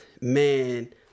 man